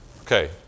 Okay